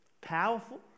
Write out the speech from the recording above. powerful